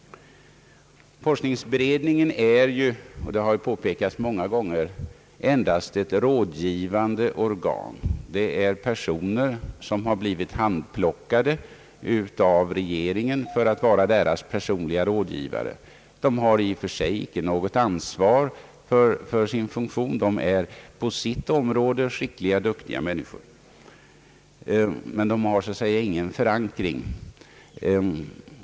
Forskningsberedningen är ju — det har påpekats många gånger — endast ett rådgivande organ. Det är personer som har blivit handplockade av regeringen för att vara dess personliga rådgivare. De har i och för sig icke något ansvar för sin funktion — de är på sitt område skickliga och duktiga människor, men de har så att säga ingen förankring.